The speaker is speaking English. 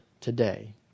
today